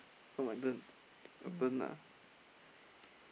come my turn your turn ah